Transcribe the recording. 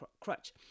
crutch